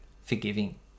forgiving